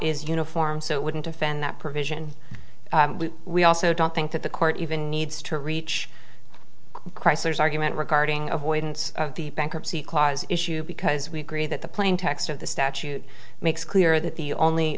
is uniform so it wouldn't offend that provision we also don't think that the court even needs to reach chrysler's argument regarding avoidance of the bankruptcy clause issue because we agree that the plain text of the statute makes clear that the only